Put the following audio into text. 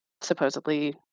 supposedly